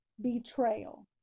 Betrayal